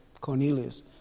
Cornelius